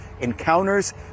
encounters